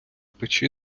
печи